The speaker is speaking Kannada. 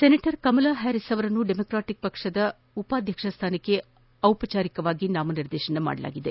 ಸೆನೆಟರ್ ಕಮಲಾ ಹ್ಯಾರಿಸ್ ಅವರನ್ನು ಡೆಮಾಕ್ರೆಟಿಕ್ ಪಕ್ಷ ಉಪಾಧ್ಯಕ್ಷ ಸ್ಥಾನಕ್ಕೆ ದಿಪಚಾರಿಕವಾಗಿ ನಾಮನಿರ್ದೇಶನ ಮಾಡಿದೆ